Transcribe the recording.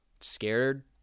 scared